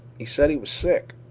he said he was sick.